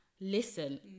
listen